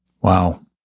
Wow